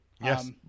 Yes